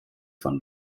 von